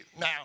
Now